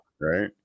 right